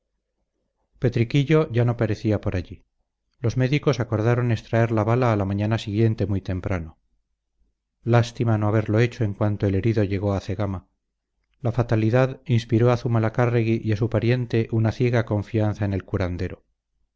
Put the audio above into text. expectativa petriquillo ya no parecía por allí los médicos acordaron extraer la bala a la mañana siguiente muy temprano lástima no haberlo hecho en cuanto el herido llegó a cegama la fatalidad inspiró a zumalacárregui y a su pariente una ciega confianza en el curandero